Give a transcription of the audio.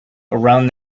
around